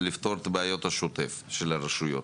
ולפתור את הבעיות השוטפות של הרשויות.